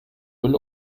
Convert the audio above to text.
müll